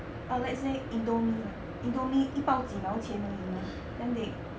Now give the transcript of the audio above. ah let's say indomie lah indomie 一包几毛钱而已 mah then they